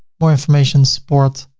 more information, support,